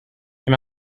they